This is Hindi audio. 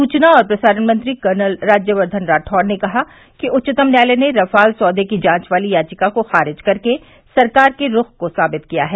सूचना और प्रसारण मंत्री कर्नल राज्यवर्धन राठौर ने कहा कि उच्चतम न्यायालय ने रफाल सौदे की जांच वाली याचिका को खारिज कर के सरकार के रूख को साबित किया है